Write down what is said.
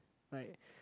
like